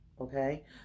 okay